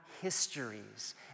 histories